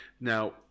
Now